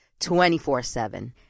24-7